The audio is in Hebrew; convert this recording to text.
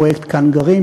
פרויקט "כאן גרים",